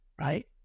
right